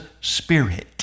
spirit